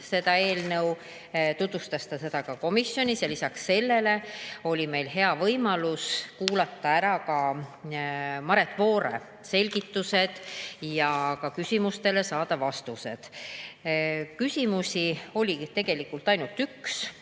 seda eelnõu siin, tutvustas ta seda ka komisjonis. Lisaks sellele oli meil hea võimalus kuulata ära ka Maret Voore selgitused ja saada küsimustele vastused. Küsimusi oligi tegelikult ainult üks.